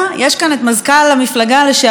יש כאן את מזכ"ל המפלגה לשעבר,